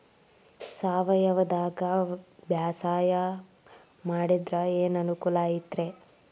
ಸಾವಯವದಾಗಾ ಬ್ಯಾಸಾಯಾ ಮಾಡಿದ್ರ ಏನ್ ಅನುಕೂಲ ಐತ್ರೇ?